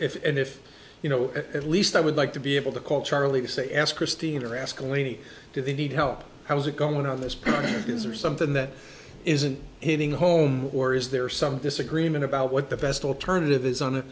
if and if you know at least i would like to be able to call charlie to say ask christine or ask only me if they need help how's it going on this is or something that isn't hitting home or is there some disagreement about what the best alternative is on